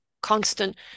constant